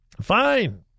fine